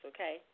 Okay